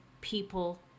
people